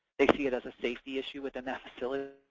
they see it as a safety issue within that facility.